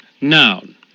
Noun